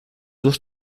dos